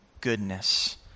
goodness